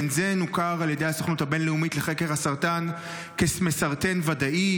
בנזן הוכר על ידי הסוכנות הבין-לאומית לחקר הסרטן כמסרטן ודאי.